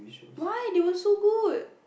why they were so good